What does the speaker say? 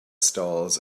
stalls